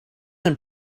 and